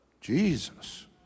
Jesus